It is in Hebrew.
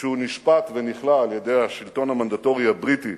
וכשהוא נשפט ונכלא על-ידי השלטון המנדטורי הבריטי